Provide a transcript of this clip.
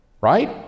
right